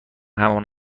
همان